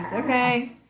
Okay